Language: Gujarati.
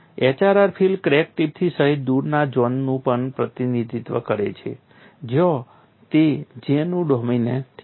HRR ફિલ્ડ ક્રેક ટિપથી સહેજ દૂરના ઝોનનું પણ પ્રતિનિધિત્વ કરે છે જ્યાં તે J નું ડોમિનેટેડ છે